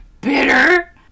bitter